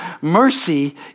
Mercy